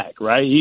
right